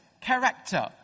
character